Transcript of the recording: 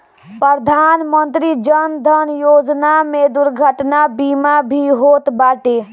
प्रधानमंत्री जन धन योजना में दुर्घटना बीमा भी होत बाटे